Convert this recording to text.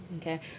okay